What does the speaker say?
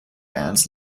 bands